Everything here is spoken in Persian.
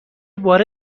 بار